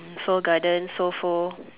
seoul garden so Pho